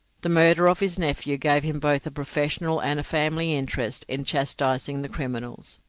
the murder of his nephew gave him both a professional and a family interest in chastising the criminals,